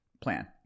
plan